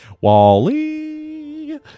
Wally